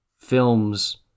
films